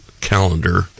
calendar